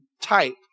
type